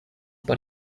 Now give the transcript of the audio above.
por